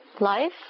Life